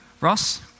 Ross